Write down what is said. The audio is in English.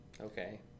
okay